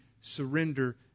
surrender